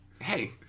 Hey